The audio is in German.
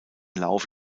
laufe